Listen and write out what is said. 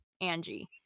Angie